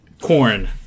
Corn